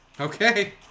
Okay